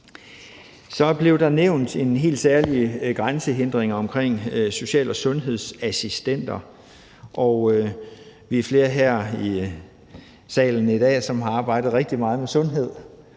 Så blev der nævnt en helt særlig grænsehindring omkring social- og sundhedsassistenter. Vi er flere her i salen i dag, som har arbejdet rigtig meget med sundhed,